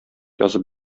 язып